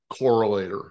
correlator